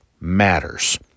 matters